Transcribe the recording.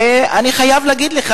ואני חייב להגיד לך,